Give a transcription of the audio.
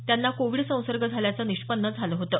त्यांना कोविड संसर्ग झाल्याचं निष्पन्न झालं होतं